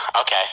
Okay